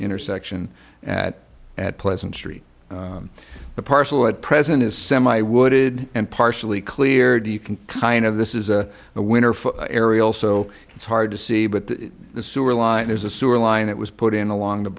intersection at at pleasant street the parcel at present is semi wooded and partially cleared you can kind of this is a winner for ariel so it's hard to see but the sewer line is a sewer line that was put in along the